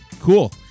Cool